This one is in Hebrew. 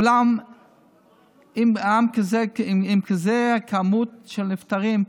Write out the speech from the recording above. אולם עם מספר כזה של נפטרים,